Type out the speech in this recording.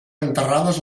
enterrades